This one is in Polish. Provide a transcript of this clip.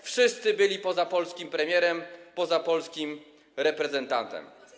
Wszyscy tam byli poza polskim premierem, poza polskim reprezentantem.